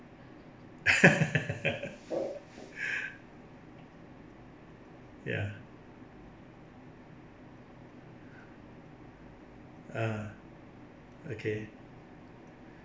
ya ah okay